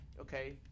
okay